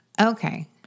Okay